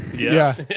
yeah,